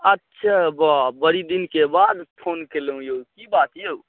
अच्छा वाह बड़ी दिनके बाद फोन कएलहुँ औ कि बात औ